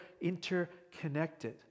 interconnected